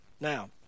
Now